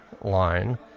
line